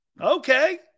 Okay